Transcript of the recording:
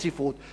אין ספרות,